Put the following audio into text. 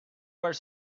were